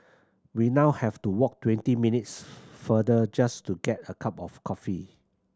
we now have to walk twenty minutes farther just to get a cup of coffee